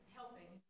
helping